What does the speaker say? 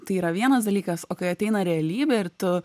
tai yra vienas dalykas o kai ateina realybė ir tu